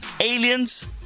Aliens